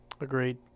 Agreed